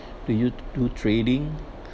do you do trading